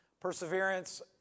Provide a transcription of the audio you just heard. Perseverance